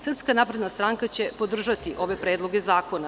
Srpska napredna stranka će podržati ove predloge zakona.